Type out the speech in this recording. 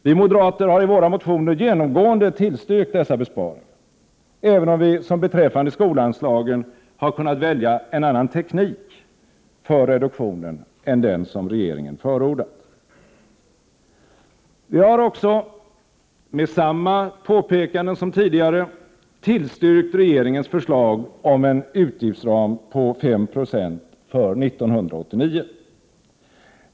Vi moderater har i våra motioner genomgående tillstyrkt dessa besparingar, även om vi som beträffande skolanslagen har kunnat välja en annan teknik för reduktionen än den som regeringen förordat. Vi har också — med samma påpekanden som tidigare — tillstyrkt regeringens förslag om en utgiftsram på 5 90 för 1989.